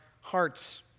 hearts